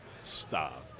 Stop